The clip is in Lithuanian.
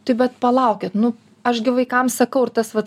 tai bet palaukit nu aš gi vaikams sakau ir tas vat